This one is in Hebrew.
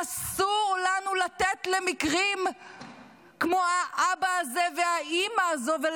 אסור לנו לאפשר מקרים כמו האבא הזה והאימא הזאת.